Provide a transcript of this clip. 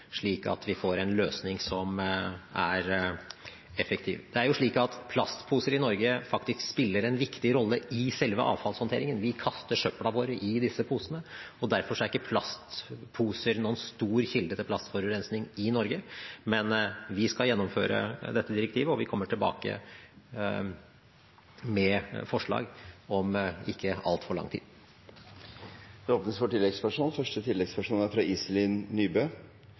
slik at vi får en løsning som er effektiv. Plastposer i Norge spiller faktisk en viktig rolle i selve avfallshåndteringen. Vi kaster søpla vår i poser, og derfor er ikke plastposer noen stor kilde til plastforurensning i Norge. Men vi skal gjennomføre dette direktivet, og vi kommer tilbake med forslag om ikke altfor lang tid. Det åpnes for oppfølgingsspørsmål – først Iselin Nybø.